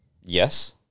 Yes